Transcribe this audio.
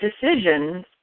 decisions